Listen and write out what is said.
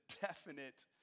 definite